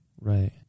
Right